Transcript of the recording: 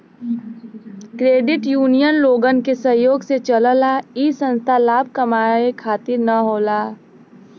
credit union लोगन के सहयोग से चलला इ संस्था लाभ कमाये खातिर न होला